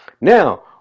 Now